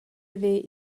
haver